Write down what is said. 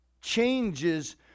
changes